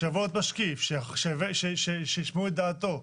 שיבוא להיות משקיף שישמעו את דעתו.